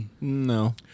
No